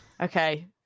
okay